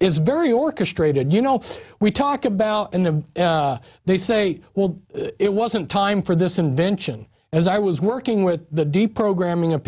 it's very orchestrated you know we talk about in the they say well it wasn't time for this invention as i was working with the deprogramming of